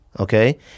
Okay